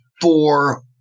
four